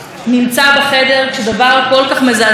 הנפש פשוט מתקשה להכיל את זה.